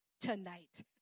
tonight